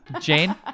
Jane